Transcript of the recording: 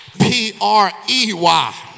P-R-E-Y